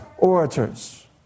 orators